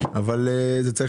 אבל זו צריכה